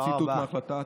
זה ציטוט מההחלטה.